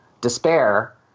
despair